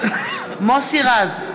מוסי רז,